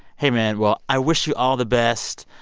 hey, man. well, i wish you all the best.